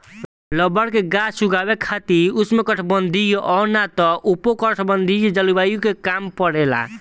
rubber के गाछ उगावे खातिर उष्णकटिबंधीय और ना त उपोष्णकटिबंधीय जलवायु के काम परेला